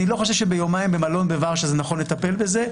אני לא חושב שביומיים במלון בוורשה נכון לטפל בזה.